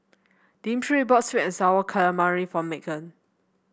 Dimitri bought sweet and sour calamari for Meghan